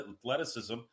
athleticism